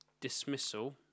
dismissal